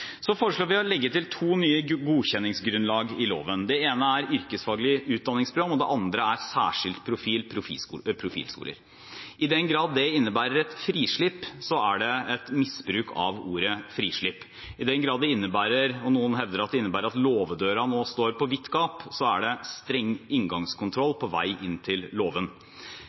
Så foreslår vi å legge til to nye godkjenningsgrunnlag i loven. Det ene er yrkesfaglige utdanningsprogram, og det andre er særskilt profil, profilskoler. I den grad det innebærer et frislipp, er det et misbruk av ordet frislipp. I den grad det innebærer – og noen hevder det – at låvedøra nå står på vidt gap, er det streng inngangskontroll